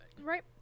Right